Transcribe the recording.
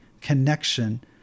connection